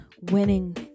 winning